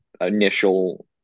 initial